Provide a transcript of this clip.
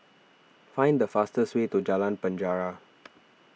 find the fastest way to Jalan Penjara